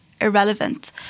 irrelevant